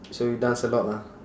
so you dance a lot ah